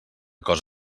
cos